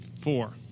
Four